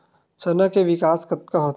चना के किसम कतका होथे?